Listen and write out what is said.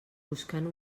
buscant